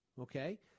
okay